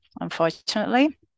unfortunately